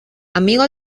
amigo